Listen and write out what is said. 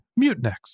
Mutinex